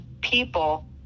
people